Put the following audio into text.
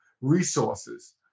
resources